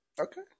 Okay